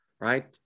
right